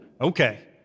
okay